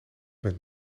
met